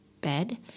bed